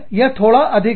यह थोड़ा अधिक है